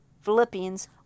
Philippians